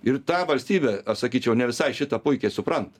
ir tą valstybė aš sakyčiau ne visai šitą puikiai supranta